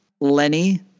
Lenny